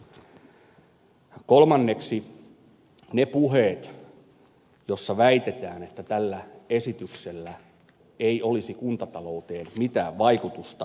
kolmanneksi ovat ne puheet joissa väitetään että tällä esityksellä ei olisi kuntatalouteen mitään vaikutusta